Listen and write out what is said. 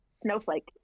Snowflake